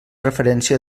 referència